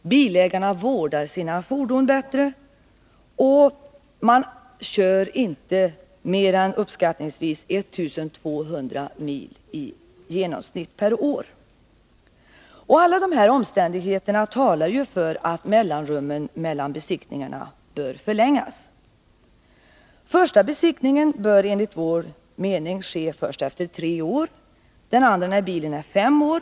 Bilägarna vårdar sina fordon bättre, och de kör inte mer än uppskattningsvis I 200 mil i genomsnitt per år. Alla de här omständigheterna talar för att mellanrummen mellan besiktningarna bör förlängas. Första besiktningen bör enligt vår mening ske efter tre år och den andra när bilen är fem år.